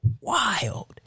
wild